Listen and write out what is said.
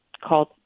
called